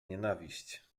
nienawiść